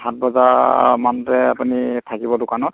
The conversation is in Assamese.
সাত বজাৰ মানতে আপুনি থাকিব দোকানত